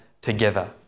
together